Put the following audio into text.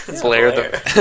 Blair